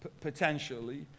potentially